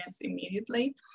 immediately